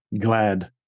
glad